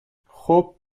خوب